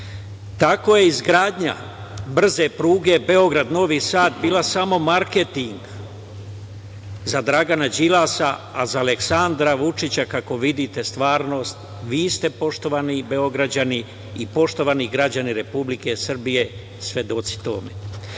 je izgradnja brze pruge Beograd – Novi Sad bila samo marketing za Dragan Đilasa, a za Aleksandra Vučića, kako vidite, stvarnost. Vi ste, poštovani Beograđani i poštovani građani Republike Srbije, svedoci tome. Tako